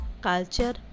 culture